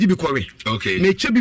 Okay